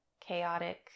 chaotic